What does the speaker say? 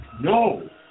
No